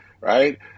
right